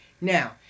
Now